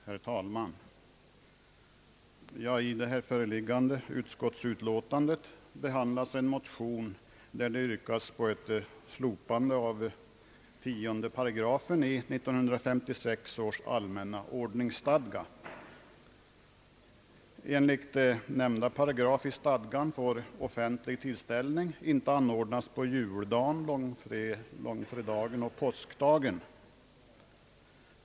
Herr talman! I det föreliggande utskottsutlåtandet behandlas en motion vari det yrkas på slopande av 10 8 i 1956 års: allmänna ordningsstadga. Enligt nämnda paragraf i stadgan får offentlig tillställning inte anordnas på juldagen, långfredagen och påskdagen.